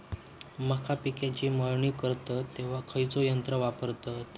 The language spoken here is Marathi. मका पिकाची मळणी करतत तेव्हा खैयचो यंत्र वापरतत?